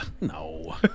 No